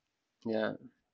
yeah